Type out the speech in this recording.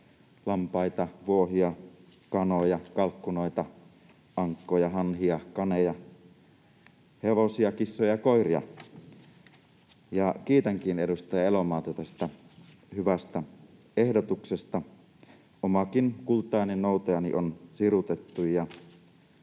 lampaita, vuohia, kanoja, kalkkunoita, ankkoja, hanhia, kaneja, hevosia, kissoja ja koiria. Kiitänkin edustaja Elomaata tästä hyvästä ehdotuksesta. Omakin kultainennoutajani on sirutettu,